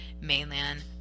mainland